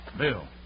Bill